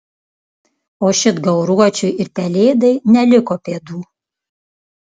o šit gauruočiui ir pelėdai neliko pėdų